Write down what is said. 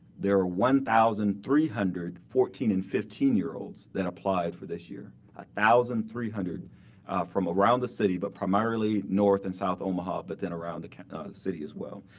there are one thousand three hundred fourteen and fifteen year olds that applied for this year. one ah thousand three hundred from around the city, but primarily north and south omaha, but then around the city as well.